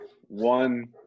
one